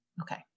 Okay